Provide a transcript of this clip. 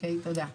תודה.